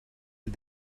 did